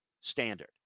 standard